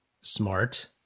smart